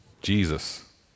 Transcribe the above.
Jesus